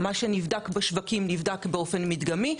מה שנבדק בשווקים נבדק באופן מדגמי.